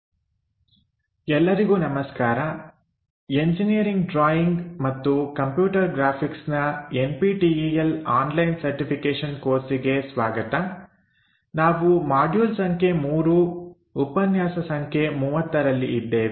orthographic projection I ಭಾಗ 10 ಎಲ್ಲರಿಗೂ ನಮಸ್ಕಾರ ಎಂಜಿನಿಯರಿಂಗ್ ಡ್ರಾಯಿಂಗ್ ಮತ್ತು ಕಂಪ್ಯೂಟರ್ ಗ್ರಾಫಿಕ್ಸ್ನ N P T E L online certification ಕೋರ್ಸಿಗೆ ಸ್ವಾಗತ ನಾವು ಮಾಡ್ಯೂಲ್ ಸಂಖ್ಯೆ 3 ಉಪನ್ಯಾಸ ಸಂಖ್ಯೆ 30ರಲ್ಲಿ ಇದ್ದೇವೆ